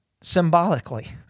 symbolically